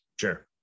Sure